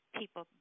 people